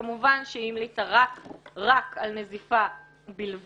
וכמובן שהיא המליצה רק על נזיפה בלבד.